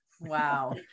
Wow